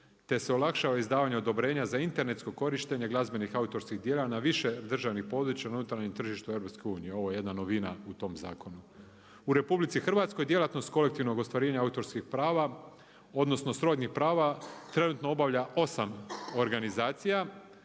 te se olakšava izdavanja odobrenja iz internetsko korištenje glazbenih autorskih dijela na više državnih područja na unutarnjem tržištu EU. Ovo je jedna novina u tom zakonu. U RH djelatnost kolektivnog ostvarivanja autorskih prava odnosno srodnih prava, trenutno obavlja osam organizacija